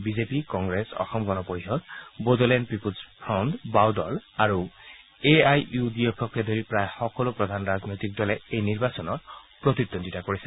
BJP Congress Asom Gana Parishad Bodoland peoples front বাও দল আৰু এ আই ইউ ডি এফকে ধৰি প্ৰায় সকলো প্ৰধান ৰাজনৈতিক দলসমূহে এই নিৰ্বাচনত প্ৰতিদ্বন্দ্বিতা কৰিছে